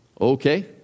Okay